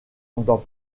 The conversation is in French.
dans